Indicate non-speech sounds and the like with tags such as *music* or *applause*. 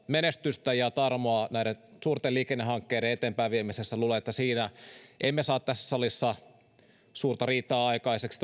menestystä ja tarmoa näiden suurten liikennehankkeiden eteenpäin viemisessä luulen että siitä emme saa tässä salissa suurta riitaa aikaiseksi *unintelligible*